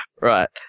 Right